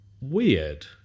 weird